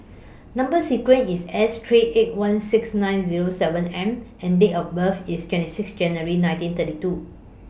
Number sequence IS S three eight one six nine Zero seven M and Date of birth IS twenty six January nineteen thirty two